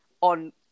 on